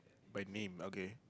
by name okay